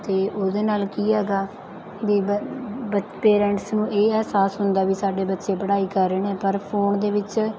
ਅਤੇ ਉਹਦੇ ਨਾਲ ਕੀ ਹੈਗਾ ਵੀ ਬੱ ਬ ਪੇਰੈਂਟਸ ਨੂੰ ਇਹ ਅਹਿਸਾਸ ਹੁੰਦਾ ਵੀ ਸਾਡੇ ਬੱਚੇ ਪੜ੍ਹਾਈ ਕਰ ਰਹੇ ਨੇ ਪਰ ਫੋਨ ਦੇ ਵਿੱਚ